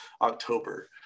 October